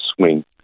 swing